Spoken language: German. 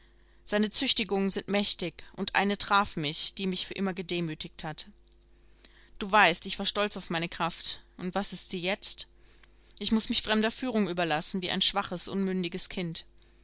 seine züchtigungen sind mächtig und eine traf mich die mich für immer gedemütigt hat du weißt ich war stolz auf meine kraft und was ist sie jetzt ich muß mich fremder führung überlassen wie ein schwaches unmündiges kind